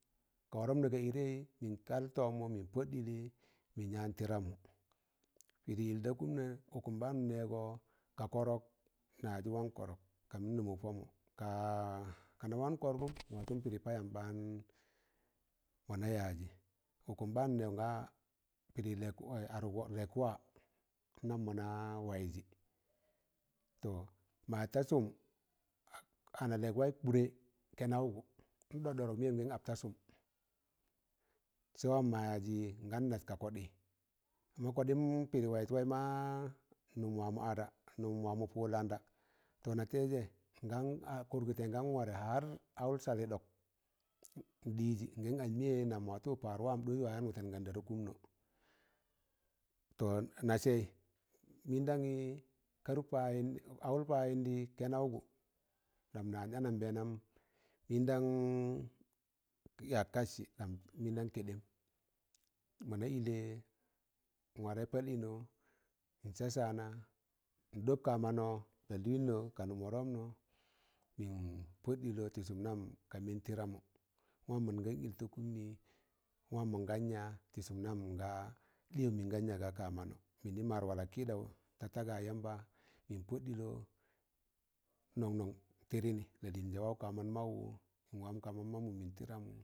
Ka wọrọpnọ ga ịdẹị mịn kal tọọm mụ mịn pọd ɗịlị mịn yaan tịramụ, pịdị yịl ta kụmnọ ụkum ɓaanụ nnẹẹgụ ka kọrọk na yazọ wan kọrọk ka mịn nụmụk pọmụ ka- kana wan kọrgụm nwatụn pịrị payam ɓaan mọ na yaajị, ụkụm ɓaan nnẹgọ gaa pịrị lẹkwa adụk lẹkwa anam mọna waị zị mọya ta sụm ana lẹk waị kụrẹ kẹnaụgụ nɗọkdọ dọk meyen gan at ta sụm sẹ wan ma yajị ngan nas ka kọɗị, kuma koɗịm pịrị wayịz waị ma mụm wamọ ara nụm wamọ pụ landa tọ nataịzẹ ngam kụrgụtẹ n warẹ har awụr salị ɗọk n ɗịịzị n gam anjị mịyẹ nam mọ watu padd wam dọz wa yaam wụtẹm ganda ta kụmnọ tọ nẹsse mịndang awụr pajịndị kẹnaụgụ ɗam na as anambẹẹnam mịndam yak katsị ɗam mịndam kẹɗem mọna ịllẹ n warẹ pal ịnọ nsa saana nɗọb ka manọ lalịịnnọ ka nụm wụrọpnọ mịn pọd ɗịlọ tị sụm nam ka mịn taramụ mọ mịn gan ịl ta kụmnị a wam mọn gan ya, tị sụm namga ɗịyọn mọna yajị da ka manọ, mịnị maadwa la kịyụ ta takard yamba, mịn pọd ɗịlọ, nọn nọn tịdị nị lalịịnjẹ waụ ka man maụwụ mịn wan ka man manmụ mịn tịramụ.